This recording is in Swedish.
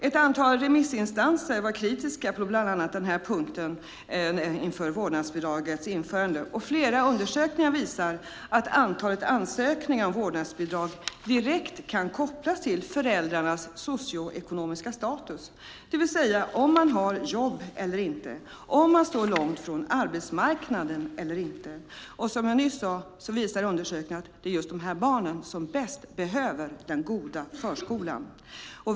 Ett antal remissinstanser var kritiska på bland annat den här punkten inför vårdnadsbidragets införande. Flera undersökningar visar att antalet ansökningar om vårdnadsbidrag direkt kan kopplas till föräldrarnas socioekonomiska status, det vill säga om man har jobb eller inte, om man står långt från arbetsmarknaden eller inte. Och som jag nyss sade visar undersökningar att det är just de här barnen som bäst behöver den goda förskolan.